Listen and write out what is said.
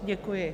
Děkuji.